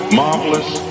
marvelous